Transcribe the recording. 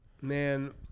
Man